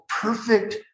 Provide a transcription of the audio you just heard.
perfect